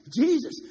Jesus